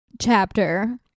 chapter